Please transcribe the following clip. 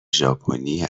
ژاپنی